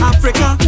Africa